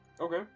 Okay